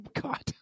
god